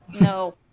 No